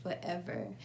forever